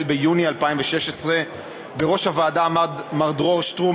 ביוני 2016. בראש הוועדה עמד מר דרור שטרום,